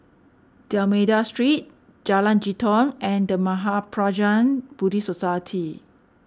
D'Almeida Street Jalan Jitong and the Mahaprajna Buddhist Society